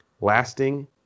lasting